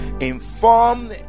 Inform